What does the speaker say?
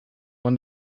when